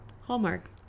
Hallmark